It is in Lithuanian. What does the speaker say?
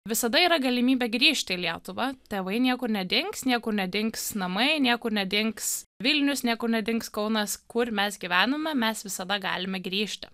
visada yra galimybė grįžti į lietuvą tėvai niekur nedings niekur nedings namai niekur nedings vilnius niekur nedings kaunas kur mes gyvenome mes visada galime grįžti